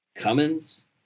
Cummins